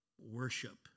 worship